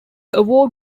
award